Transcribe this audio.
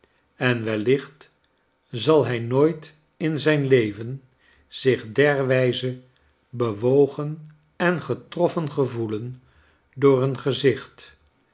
en wellicht zalhijnooit in zijn leven zich derwijze bewogen en getroffen gevoelen door een gezicht